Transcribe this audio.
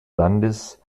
landes